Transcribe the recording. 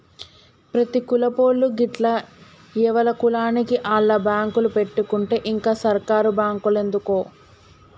ప్రతి కులపోళ్లూ గిట్ల ఎవల కులానికి ఆళ్ల బాంకులు పెట్టుకుంటే ఇంక సర్కారు బాంకులెందుకు